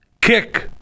kick